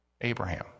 Abraham